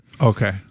okay